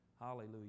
Hallelujah